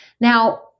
Now